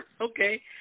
Okay